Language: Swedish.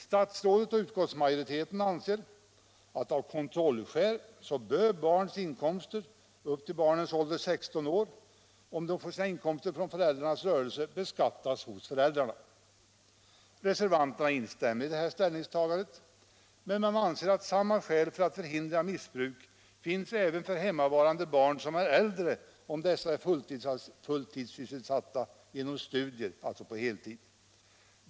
Statsrådet och utskottsmajoriteten anser att av kontrollskäl bör för barn upp till 16 års ålder inkomster från föräldrarnas rörelser beskattas hos föräldrarna. Reservanterna instämmer i detta ställningstagande, men man anser att samma skäl för att förhindra missbruk finns även för hemmavarande barn som är äldre, om dessa är fulltidssysselsatta genom studier på heltid.